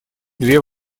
две